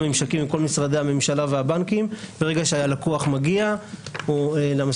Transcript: ממשקים מול כל משרדי הממשלה והבנקים ברגע שהלקוח מגיע למשרד